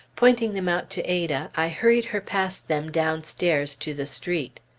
pointing them out to ada, i hurried her past them downstairs to the street.